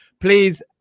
Please